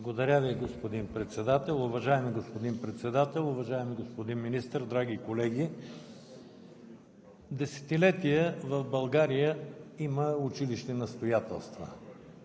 Благодаря Ви, господин Председател. Уважаеми господин Председател, уважаеми господин Министър, драги колеги! От десетилетия в България има училищни настоятелства.